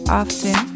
often